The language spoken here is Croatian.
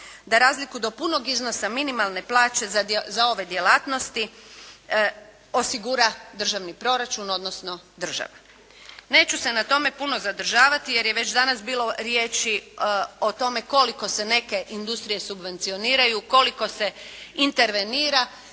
da razliku do punog iznosa minimalne plaće za ove djelatnosti osigura državni proračun, odnosno država. Neću se na tome puno zadržavati jer je već danas bilo riječi o tome koliko se neke industrije subvencioniraju, koliko se intervenira,